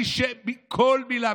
כל מילה,